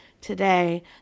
today